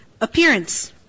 appearance